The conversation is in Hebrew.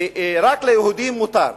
ורק ליהודים מותר.